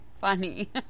funny